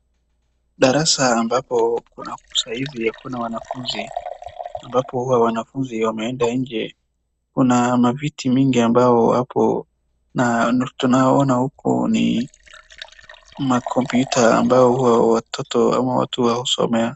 Darasa ambapo kuna, saa hizi hakuna wanafunzi, ambapo huwa wanafunzi wameenda nje, kuna maviti mingi ambao hapo, na tunaona huko ni makompyuta ambayo huwa watoto ama watu husomea.